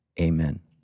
amen